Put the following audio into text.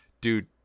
Dude